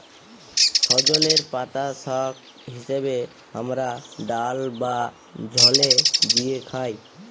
সজলের পাতা শাক হিসেবে হামরা ডাল বা ঝলে দিয়ে খাই